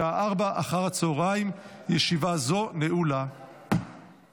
אושרה בקריאה הראשונה ותעבור לדיון בוועדת הפנים